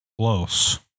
close